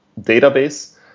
database